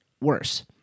worse